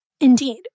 Indeed